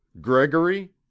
gregory